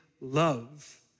love